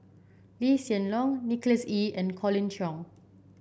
Lee Hsien Loong Nicholas Ee and Colin Cheong